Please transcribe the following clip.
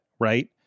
right